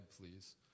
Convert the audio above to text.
please